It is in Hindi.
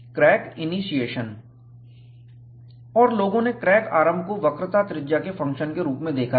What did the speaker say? क्रैक इनिशिएशन और लोगों ने क्रैक आरंभ को वक्रता त्रिज्या के फंक्शन के रूप में देखा है